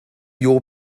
your